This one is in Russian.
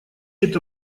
это